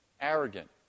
arrogant